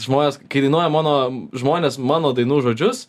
žmonės kai dainuoja mano žmonės mano dainų žodžius